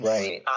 Right